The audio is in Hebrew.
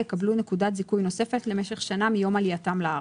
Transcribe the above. לאו דווקא בתקופה הזאת.